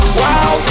wow